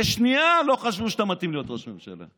לשנייה לא חשבו שאתה מתאים להיות ראש ממשלה.